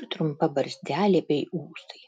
ir trumpa barzdelė bei ūsai